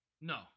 No